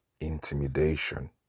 intimidation